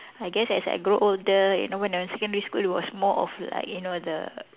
I guess as I grow older you know when I was secondary school it was more of like you know the